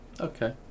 okay